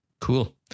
Cool